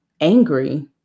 angry